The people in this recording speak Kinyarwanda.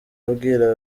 abwira